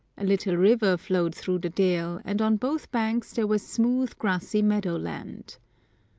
a little river flowed through the dale, and on both banks there was smooth grassy meadow-land.